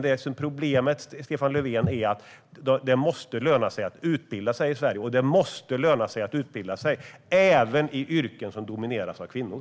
Det måste löna sig att utbilda sig i Sverige, Stefan Löfven, och det måste löna sig att utbilda sig även till yrken som domineras av kvinnor.